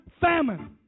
famine